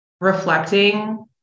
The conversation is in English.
reflecting